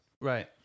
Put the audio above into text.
Right